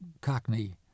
Cockney